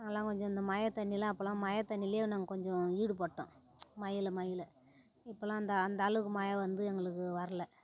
அதெலாம் கொஞ்சம் இந்த மழை தண்ணியெலாம் அப்போல்லாம் மழை தண்ணியில் நாங்கள் கொஞ்சம் ஈடுபட்டோம் மழைல மழைல இப்போல்லாம் அந்த அந்த அளவுக்கு மழை வந்து எங்களுக்கு வரலை